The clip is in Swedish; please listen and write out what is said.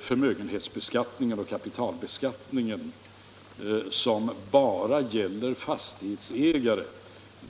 förmögenhetsbeskattningen som bara avser fastighetsägarna.